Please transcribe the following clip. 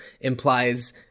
implies